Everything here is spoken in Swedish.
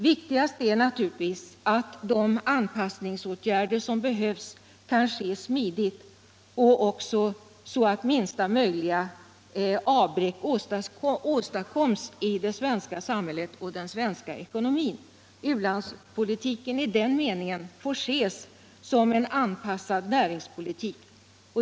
Viktigast är naturligtvis att de anpasshingsåtgärder som behövs kan ske smidigt och så att minsta möjliga avbräck åstadkoms i det svenska samhället och i den svenska ekonomin. U-landspolitiken i den meningen får ses som en anpassad näringspolitik.